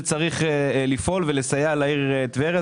חושב לפעול ולסייע לעיר טבריה.